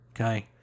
okay